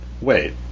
Wait